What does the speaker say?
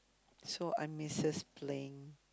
so I misses playing